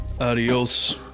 Adios